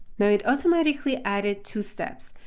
now, it automatically added two steps.